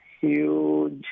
huge